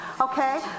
okay